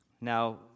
Now